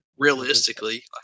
Realistically